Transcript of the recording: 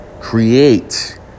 create